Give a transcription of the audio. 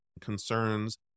concerns